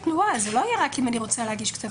תנועה; זה לא יהיה רק אם אני רוצה להגיש כתב אישום.